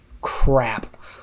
crap